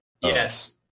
Yes